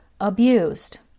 abused